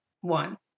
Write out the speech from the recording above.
one